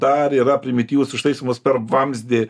dar yra primityvūs užtaisomas per vamzdį